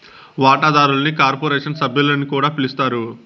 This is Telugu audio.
వాటాదారుల్ని కార్పొరేషన్ సభ్యులని కూడా పిలస్తారు